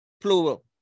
plural